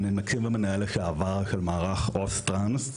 אני מקים ומנהל לשעבר של מערך אוסטלנס,